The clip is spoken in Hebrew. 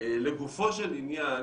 לגופו של עניין